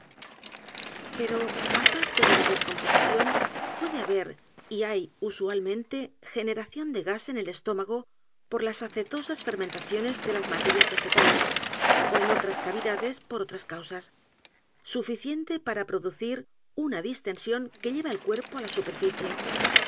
o aparte de la descomposición puede haber y hay usualmente generación de gas en el estómago por las acetosas fermentaciones de las materias vegetales ó en otras cavidades por otras causas suficiente para producir una distensión que lleva el cuerpo á la